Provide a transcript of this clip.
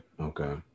Okay